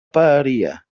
paeria